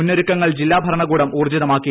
മുന്നോരുക്കങ്ങൾ ജില്ലാ ഭരണകൂടം ഊർജ്ജിതമാക്കി